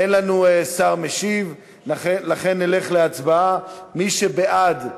ולא כפי שצוין בעיתונות.